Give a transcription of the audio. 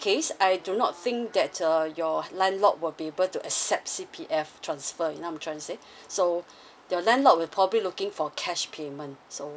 case I do not think that uh your landlord will be able to accept C_P_F transfer you know what I's trying to say so your landlord will probably looking for cash payment so